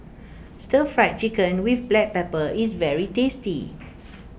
Stir Fried Chicken with Black Pepper is very tasty